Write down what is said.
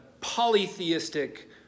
polytheistic